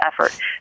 effort